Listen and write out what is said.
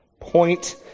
point